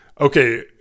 okay